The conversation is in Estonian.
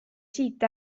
siit